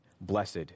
blessed